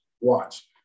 watch